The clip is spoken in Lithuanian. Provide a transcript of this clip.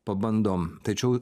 pabandom tačiau